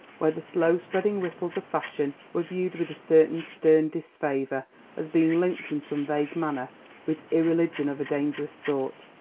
where the slow-spreading ripples of fashion were viewed with a certain stern disfavour as being linked in some vague manner with irreligion of a dangerous sort.